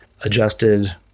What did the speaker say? adjusted